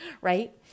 right